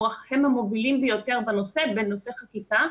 הם המובילים ביותר בנושא חקיקה,